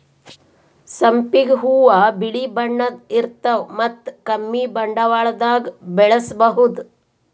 ಸಂಪಿಗ್ ಹೂವಾ ಬಿಳಿ ಬಣ್ಣದ್ ಇರ್ತವ್ ಮತ್ತ್ ಕಮ್ಮಿ ಬಂಡವಾಳ್ದಾಗ್ ಬೆಳಸಬಹುದ್